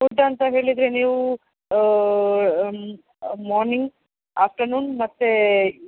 food ಅಂತ ಹೇಳಿದರೆ ನೀವು ಮಾರ್ನಿಂಗ್ ಆಫ್ಟರ್ನೂನ್ ಮತ್ತು